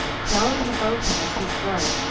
crowding about him as his guard,